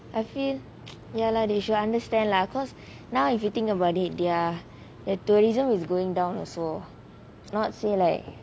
I feel ya lah they should understand lah because now if you think about it their their tourism is going down also not say like